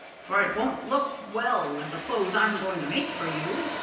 for it won't look well with the clothes i'm going to make for you.